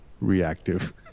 reactive